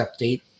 update